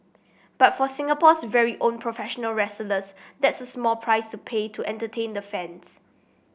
but for Singapore's very own professional wrestlers that's a small price to pay to entertain the fans